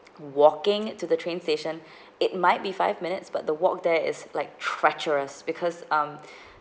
walking to the train station it might be five minutes but the walk there is like treacherous because um